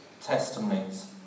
testimonies